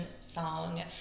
song